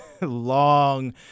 long